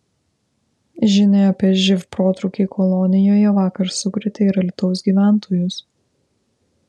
žinia apie živ protrūkį kolonijoje vakar sukrėtė ir alytaus gyventojus